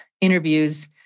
interviews